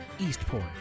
Eastport